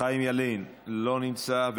חיים ילין, לא נמצא.